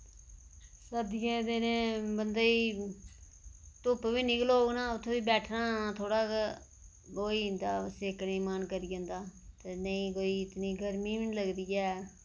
सर्दियें दिनै बंदे ई धुप्प बी निकलग ना उत्थै बी बैठना थोह्ड़ा कि होई जंदा सेकने मन करी जंदा ते नेईं कोई इन्नी गर्मी बी नेईं लगदी ऐ